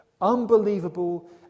unbelievable